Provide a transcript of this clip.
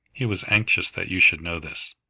he was anxious that you should know this.